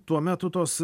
tuo metu tos